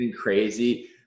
crazy